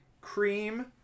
cream